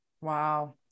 Wow